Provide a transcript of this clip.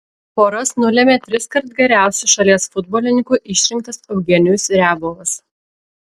poras nulėmė triskart geriausiu šalies futbolininku išrinktas eugenijus riabovas